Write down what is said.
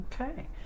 Okay